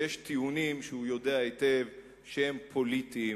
ויש טיעונים שהוא יודע היטב שהם פוליטיים,